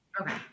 okay